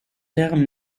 termes